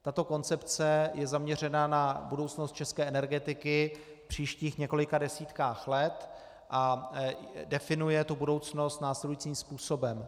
Tato koncepce je zaměřena na budoucnost české energetiky v příštích několika desítkách let a definuje budoucnost následujícím způsobem.